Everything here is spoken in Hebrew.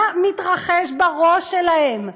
מה מתרחש בראש שלהם?